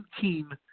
team